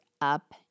up